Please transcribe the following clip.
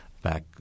Back